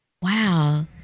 wow